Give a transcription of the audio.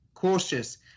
Cautious